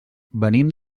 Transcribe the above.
venim